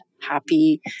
happy